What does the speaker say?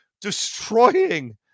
destroying